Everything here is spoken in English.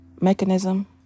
mechanism